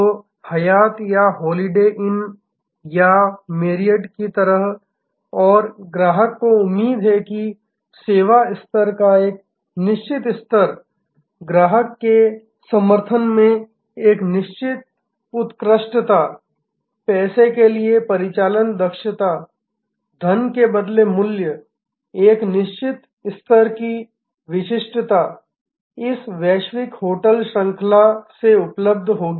तो हयात या Holiday Inn या मैरियट की तरह और ग्राहक को उम्मीद है कि सेवा स्तर का एक निश्चित स्तर ग्राहक के समर्थन में एक निश्चित उत्कृष्टता पैसे के लिए परिचालन दक्षता धन के बदले मूल्य एक निश्चित स्तर की विशिष्टता इस वैश्विक होटल श्रृंखला से उपलब्ध होगी